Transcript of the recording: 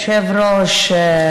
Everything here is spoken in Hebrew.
היושב-ראש,